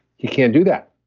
he can't do that,